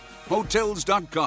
Hotels.com